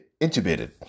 intubated